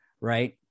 right